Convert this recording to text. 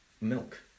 milk